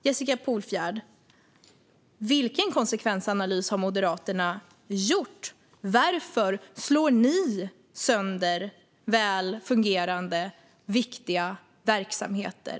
Jessica Polfjärd: Vilken konsekvensanalys har Moderaterna gjort? Varför slår ni sönder väl fungerande, viktiga verksamheter?